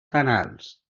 canals